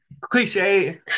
cliche